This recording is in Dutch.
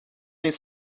zijn